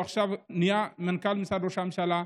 שהוא עכשיו מנכ"ל משרד ראש הממשלה.